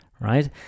right